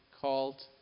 called